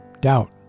doubt